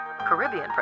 Caribbean